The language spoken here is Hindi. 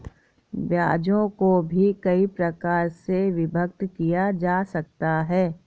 ब्याजों को भी कई प्रकार से विभक्त किया जा सकता है